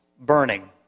burning